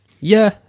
Yeah